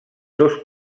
dos